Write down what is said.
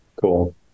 Cool